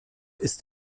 ist